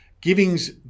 giving's